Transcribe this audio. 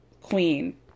queen